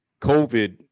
COVID